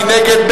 מי נגד?